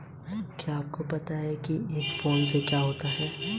UPI कैसे काम करता है?